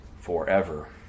forever